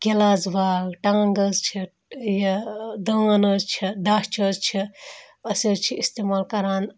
glass باغ ٹںٛگ حظ چھِ یہِ دٲن حظ چھِ دَچھ حظ چھِ أسۍ حظ چھِ استعمال کَران